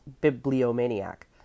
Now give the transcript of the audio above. bibliomaniac